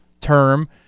term